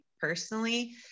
personally